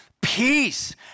peace